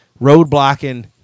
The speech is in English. roadblocking